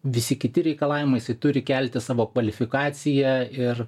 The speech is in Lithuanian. visi kiti reikalavimai jisai turi kelti savo kvalifikaciją ir